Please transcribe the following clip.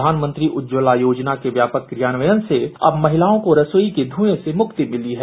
प्रधानमंत्री उज्ज्वला योजना के व्यापक कार्यान्वयन से अब महिलाओं को रसोई के धुंए से मुक्ति मिली है